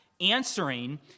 answering